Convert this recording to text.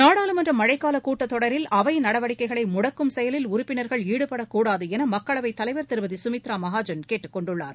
நாடாளுமன்ற மழைக்கால கூட்டத் தொடரில் அவை நடவடிக்கைகளை முடக்கும் செயலில் உறுப்பினர்கள் ஈடுபடக் கூடாது என மக்களைவத் தலைவர் திருமதி குமித்ரா மஹாஜன் கேட்டுக் கொண்டுள்ளார்